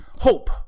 hope